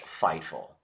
Fightful